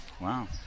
Wow